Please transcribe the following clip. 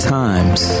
times